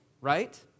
right